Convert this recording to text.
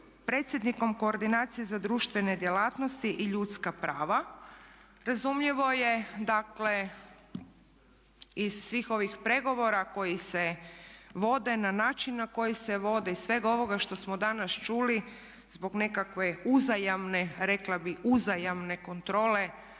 predsjednikom koordinacije za društvene djelatnosti i ljudska prava. Razumljivo je dakle iz svih ovih pregovora koji se vode na način na koji se vode i svega ovoga što smo danas čuli zbog nekakve uzajamne, rekla bi uzajamne kontrole